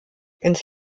ins